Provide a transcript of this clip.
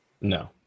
No